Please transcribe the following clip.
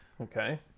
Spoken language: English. Okay